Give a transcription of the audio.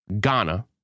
Ghana